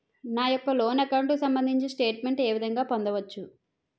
నా యెక్క loan account కు సంబందించిన స్టేట్ మెంట్ ఏ విధంగా పొందవచ్చు?